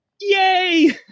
Yay